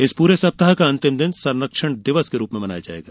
इस पूरे सप्ताह का अंतिम दिन संरक्षण दिवस के रूप में मनाया जाएगा